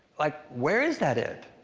like, where is that it?